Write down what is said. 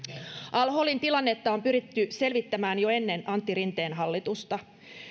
al holin tilannetta on pyritty selvittämään jo ennen antti rinteen hallitusta